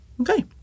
okay